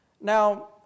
Now